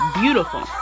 beautiful